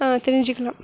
தெரிஞ்சிக்கலாம்